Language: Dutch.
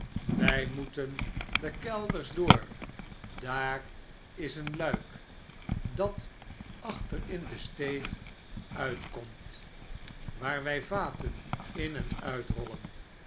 wij moeten de kelders door daar is een lmk dat achter in de steeg uitkomt waar wij vaten in en uitrollen